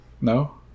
no